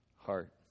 heart